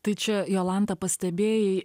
tai čia jolanta pastebėjai